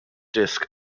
disc